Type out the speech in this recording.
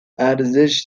ارزش